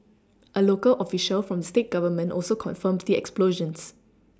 a local official from the state Government also confirmed the explosions